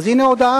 אז הנה הודעה: